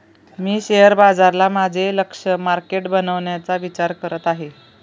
मी share बाजाराला माझे लक्ष्य मार्केट बनवण्याचा विचार करत आहे